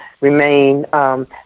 remain